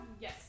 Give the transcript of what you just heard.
Yes